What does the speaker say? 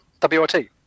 WRT